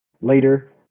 Later